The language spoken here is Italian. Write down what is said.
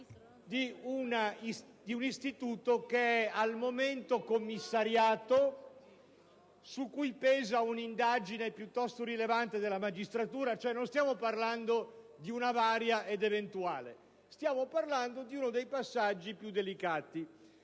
di un istituto che è al momento commissariato, su cui pesa un'indagine piuttosto rilevante della magistratura; non stiamo cioè parlando di varie ed eventuali, ma di uno dei passaggi più delicati.